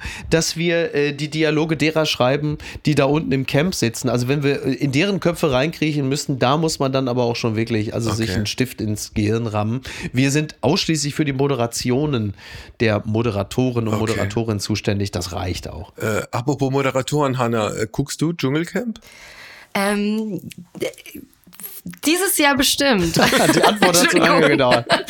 dass wir, äh, die Dialoge derer schreiben, die da unten im Camp sitzen. Also wenn wir, äh, in deren Köpfe reinkriechen müssen, da muss man dann aber auch schon wirklich, also Okay. sich einen Stift ins Gehirn rammen. Wir sind ausschließlich für die Moderationen der Moderatoren und Okay. Moderatorinnen zuständig. Das reicht auch. Äh, apropos Moderatoren, Hannah, äh, guckst du Dschungelcamp? Ähm, d- dieses Jahr bestimmt. Die Antwort hat Entschuldigung. zu lange gedauert.